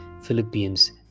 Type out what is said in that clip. Philippians